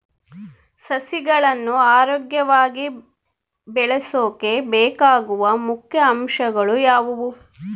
ಸಸಿಗಳನ್ನು ಆರೋಗ್ಯವಾಗಿ ಬೆಳಸೊಕೆ ಬೇಕಾಗುವ ಮುಖ್ಯ ಅಂಶಗಳು ಯಾವವು?